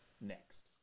next